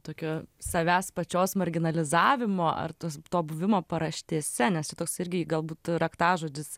tokio savęs pačios marginalizavimo ar tos to buvimo paraštėse nes čia toks irgi galbūt raktažodis